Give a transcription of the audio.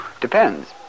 Depends